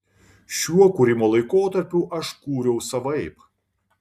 šiuo kūrimo laikotarpiu aš kūriau savaip